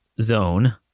zone